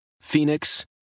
Phoenix